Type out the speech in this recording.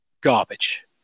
garbage